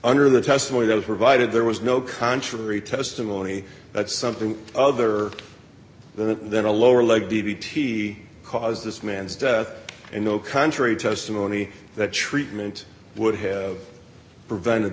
under the testimony that was provided there was no contrary testimony that something other than a then a lower leg d v t caused this man's death and no country testimony that treatment would have prevented